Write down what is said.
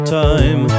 time